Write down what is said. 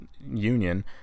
union